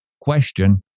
question